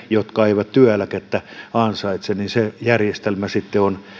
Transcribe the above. jotka eivät työeläkettä ansaitse se järjestelmä sitten on